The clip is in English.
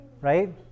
right